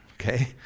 Okay